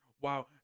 Wow